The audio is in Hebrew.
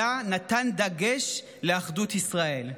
אלא נתן דגש לאחדות ישראל.